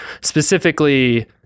Specifically